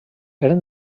eren